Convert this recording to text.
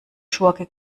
schurke